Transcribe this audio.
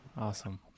awesome